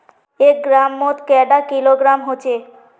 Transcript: एक ग्राम मौत कैडा किलोग्राम होचे?